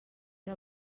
era